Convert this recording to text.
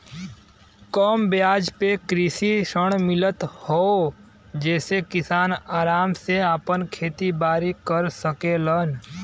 कम बियाज पे कृषि ऋण मिलत हौ जेसे किसान आराम से आपन खेती बारी कर सकेलन